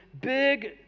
big